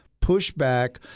pushback